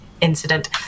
incident